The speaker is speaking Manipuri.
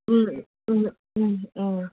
ꯎꯝ ꯎꯝ ꯎꯝ ꯎꯝ